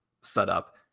setup